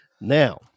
Now